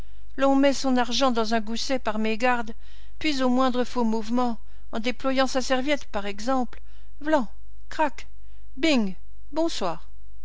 l'on met son argent dans un gousset par mégarde puis au moindre faux mouvement en déployant sa serviette par exemple vlan crac bing bonsoir